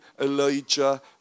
Elijah